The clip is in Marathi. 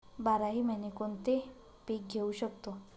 बाराही महिने कोणते पीक घेवू शकतो?